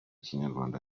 kinyarwanda